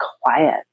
quiet